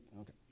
okay